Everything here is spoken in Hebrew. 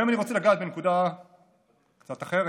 היום אני רוצה לגעת בנקודה קצת אחרת,